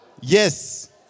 Yes